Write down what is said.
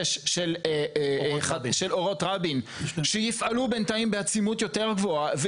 של אורות רבין שיפעלו בינתיים בעצימות יותר גבוהה,